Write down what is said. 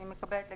אני מקבלת לגמרי.